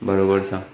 बराबरि सां